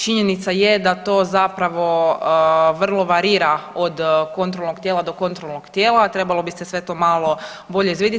Činjenica je da to zapravo vrlo varira od kontrolnog tijela do kontrolnog tijela, a trebalo bi se sve to malo bolje izvidjeti.